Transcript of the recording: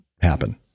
happen